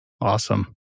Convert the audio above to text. Awesome